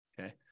Okay